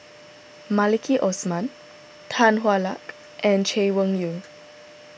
Maliki Osman Tan Hwa Luck and Chay Weng Yew